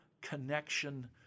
connection